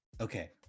Okay